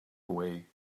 away